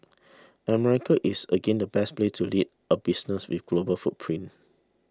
America is again the best place to lead a business with a global footprint